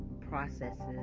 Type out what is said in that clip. processes